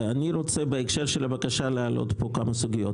בהקשר של הבקשה אני רוצה להעלות כמה סוגיות.